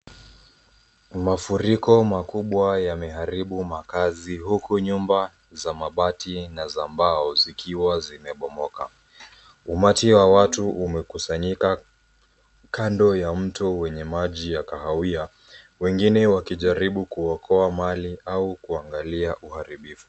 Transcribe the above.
Mafuriko makubwa yameharibu makazi huku nyumba za mabati na za mbao zikiwa zimebomoka. Umati wa watu umekusanyika kando ya mto wenye maji ya kahawia wengine wakijaribu kuokoa mali au kuangalia uharibifu.